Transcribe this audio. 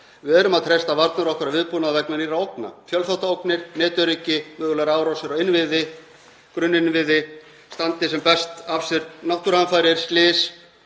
Við erum að treysta varnir okkar og viðbúnað vegna nýrra ógna; fjölþáttaógnir, netöryggi, mögulegar árásir á innviði, að grunninnviðir standi sem best af sér náttúruhamfarir, slys